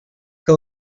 que